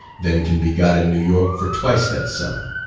than can be got in new york for twice that sum,